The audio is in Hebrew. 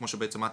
כמו שאת תיארת,